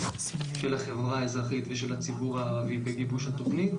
של החברה האזרחית ושל הציבור בגיבוש התוכנית.